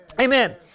Amen